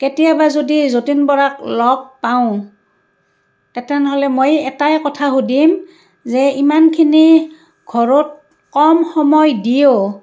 কেতিয়াবা যদি যতীন বৰাক লগ পাওঁ তেনেহ'লে মই এটাই কথা সুধিম যে ইমানখিনি ঘৰত কম সময় দিও